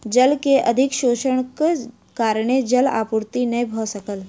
जल के अधिक शोषणक कारणेँ जल आपूर्ति नै भ सकल